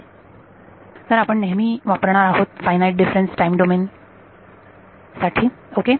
तर FDTD आपण नेहमी वापरणार आहोत फायनाईट डिफरन्स टाइम डोमेन साठी ओके